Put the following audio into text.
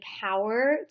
power